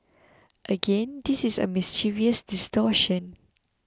again this is a mischievous distortion